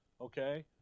okay